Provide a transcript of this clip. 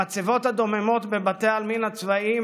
המצבות הדוממות בבתי העלמין הן